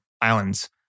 islands